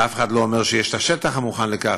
אף אחד לא אומר שיש את השטח המוכן לכך.